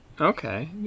Okay